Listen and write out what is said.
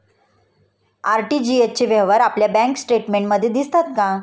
RTGS चे व्यवहार आपल्या बँक स्टेटमेंटमध्ये दिसतात का?